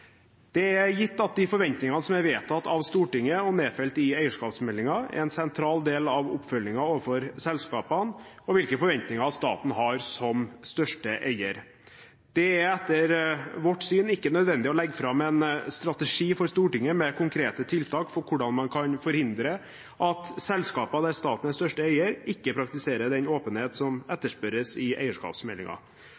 Det er gitt at de forventningene som er vedtatt av Stortinget og nedfelt i eierskapsmeldingen, er en sentral del av oppfølgingen overfor selskapene og hvilke forventninger staten har som største eier. Det er etter vårt syn ikke nødvendig å legge fram en strategi for Stortinget med konkrete tiltak for hvordan man kan forhindre at selskaper der staten er største eier, ikke praktiserer den åpenhet som